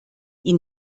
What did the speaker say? ihnen